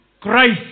Christ